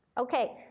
Okay